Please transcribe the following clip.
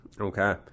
Okay